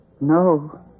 No